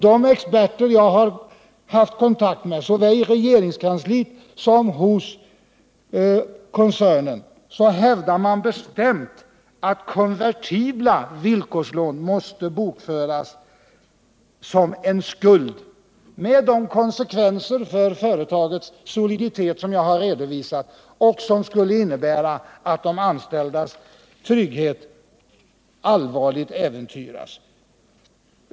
De experter som jag har haft kontakt med såväl i regeringskansliet som hos koncernen hävdar bestämt att konvertibla villkorslån måste bokföras såsom en skuld med de konsekvenser för företagets soliditet som jag har redovisat och som skulle innebära att de anställdas trygghet allvarligt äventyras.